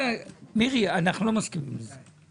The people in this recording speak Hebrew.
מירי, אנחנו לא מסכימים לזה.